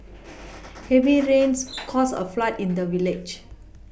heavy rains caused a flood in the village